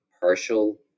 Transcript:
partial